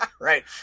right